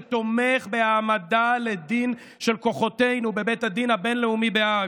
שתומך בהעמדה לדין של כוחותינו בבית הדין הבין-לאומי בהאג?